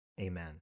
Amen